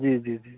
जी जी जी